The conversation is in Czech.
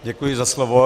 Děkuji za slovo.